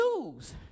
lose